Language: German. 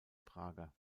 prager